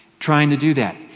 trying to do that.